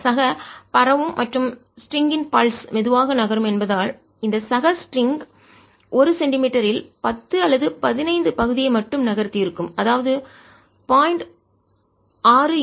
இந்த சக பரவும் மற்ற ஸ்ட்ரிங் லேசான கயிறுன் பல்ஸ் துடிப்பு மெதுவாக நகரும் என்பதால் இந்த சக ஸ்ட்ரிங் லேசான கயிறு 1 சென்டிமீட்டரில் 10 அல்லது 15 பகுதியை மட்டும் நகர்த்தி இருக்கும் அதாவது 0